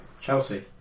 Chelsea